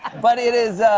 but it is